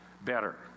better